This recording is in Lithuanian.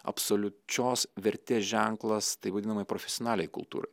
absoliučios vertės ženklas tai vadinamai profesionaliai kultūrai